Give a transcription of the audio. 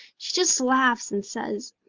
she just laughs and says,